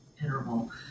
interval